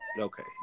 Okay